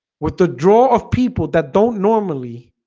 with the draw of people that don't normally